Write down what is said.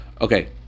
Okay